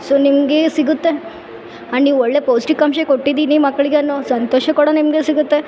so ನಿಮಗೆ ಸಿಗುತ್ತೆ and ನೀವು ಒಳ್ಳೆಯ ಪೌಷ್ಟಿಕಾಂಶ ಕೊಟ್ಟಿದ್ದೀನಿ ಮಕ್ಕಳಿಗೆ ಅನ್ನೋ ಸಂತೋಷ ಕೂಡ ನಿಮಗೆ ಸಿಗತ್ತೆ